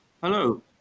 Hello